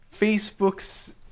Facebook's